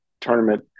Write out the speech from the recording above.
tournament